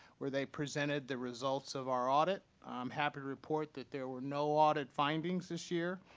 where they presented the results of our audit. i'm happy to report that there were no audit findings this year.